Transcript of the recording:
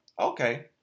Okay